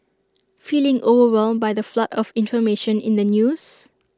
feeling overwhelmed by the flood of information in the news